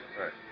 Right